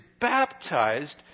baptized